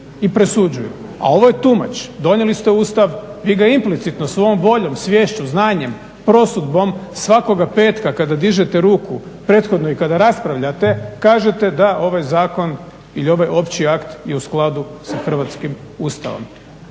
i presuđuju, a ovo je tumač. Donijeli ste Ustav vi ga implicitno svojom voljom, sviješću, znanjem, prosudbom svakoga petka kada dižete ruku prethodno i kada raspravljate kažete da ovaj zakon ili ovaj opći akt je u skladu sa hrvatskim Ustavom.